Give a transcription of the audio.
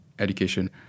Education